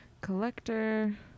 collector